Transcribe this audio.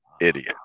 Idiot